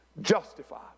justified